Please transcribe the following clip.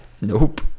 nope